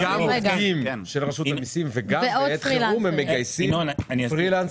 יש עובדים של רשות המיסים וגם בעת חירום הם מגייסים פרילנסרים.